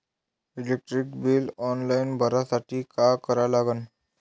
Electric bill online भरासाठी का करा लागन?